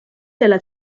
della